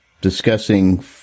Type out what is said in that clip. discussing